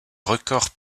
records